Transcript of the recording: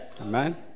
Amen